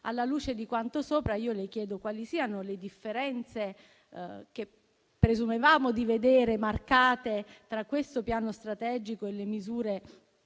alla luce di quanto sopra, io le chiedo quali siano le differenze che presumevamo di vedere marcate tra questo piano strategico e le misure